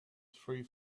three